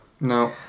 No